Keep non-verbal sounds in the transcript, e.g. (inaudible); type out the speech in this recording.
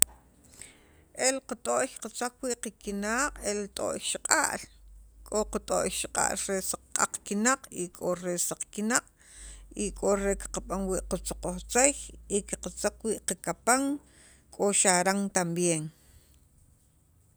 el qat'o'y (noise) qatzaq wii' qakinaq' el t'o'y xaq'a'l k'o qat'o'y xaq'a'l re saq qaq kinaq' y k'o re qab'an wii' qatzoqojtzej y qatzaq wii' qakapn k'o xaran también.